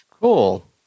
Cool